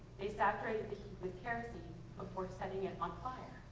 they saturated the with kerosene before setting it on fire.